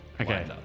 Okay